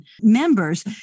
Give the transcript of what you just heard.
members